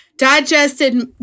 digested